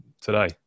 today